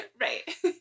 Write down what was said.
Right